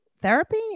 therapy